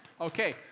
Okay